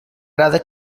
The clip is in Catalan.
arada